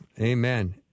Amen